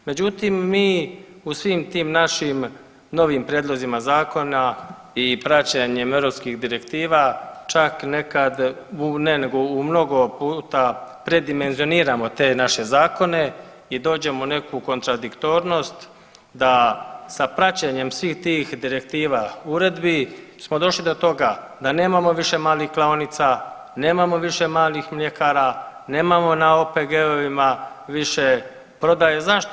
Međutim, mi u svim tim našim novim prijedlozima zakona i praćenjem europskih direktiva čak nekad, ne nego u mnogo puta predimenzioniramo te naše zakone i dođemo u neku kontradiktornost da sa praćenjem svih tih direktiva i uredbi smo došli do toga da nemamo više malih klaonica, nemamo više malih mljekara, nemamo na OPG-ovima više prodaje, zašto?